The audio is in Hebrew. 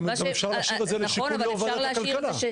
גם אפשר להשאיר את זה לשיקול ועדת הכלכלה.